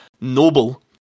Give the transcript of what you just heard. Noble